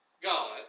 God